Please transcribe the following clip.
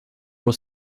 was